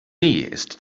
ist